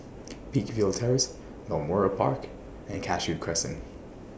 Peakville Terrace Balmoral Park and Cashew Crescent